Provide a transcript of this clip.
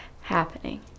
happening